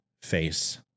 face